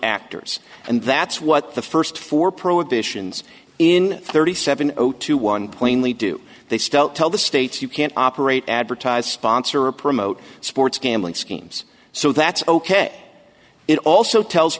actors and that's what the first four prohibitions in thirty seven zero two one plane we do they still tell the states you can't operate advertise sponsor or promote sports gambling schemes so that's ok it also tells